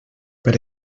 per